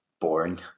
boring